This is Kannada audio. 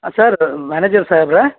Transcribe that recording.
sir manager ಸಾಹೇಬ್ರಾ